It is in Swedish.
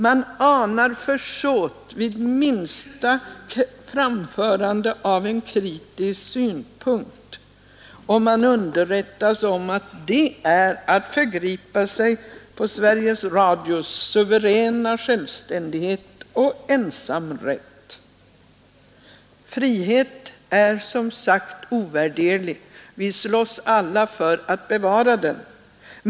Där anar man försåt vid varje framförande av en det minsta kritisk synpunkt, och man underrättas om att det är att förgripa sig på Sveriges Radios suveräna självständighet och ensamrätt. Frihet är som sagt ovärderlig. Vi slåss alla för att bevara den.